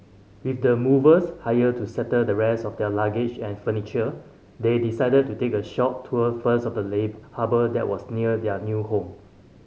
with the movers hired to settle the rest of their luggage and furniture they decided to take a short tour first of the late harbour that was near their new home